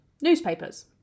newspapers